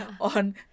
on